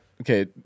okay